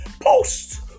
Post